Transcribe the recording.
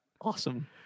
Awesome